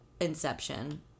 Inception